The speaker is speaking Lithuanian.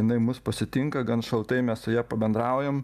jinai mus pasitinka gan šaltai mes su ja pabendraujam